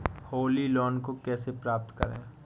Holi loan को कैसे प्राप्त करें?